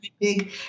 big